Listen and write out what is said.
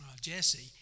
Jesse